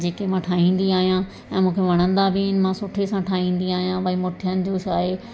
जेके मां ठाहींदी आहियां ऐं मूंखे वणंदा बि आहिनि मां सुठे सां ठाहींदी आहियां भई मुठियनि जो छा आहे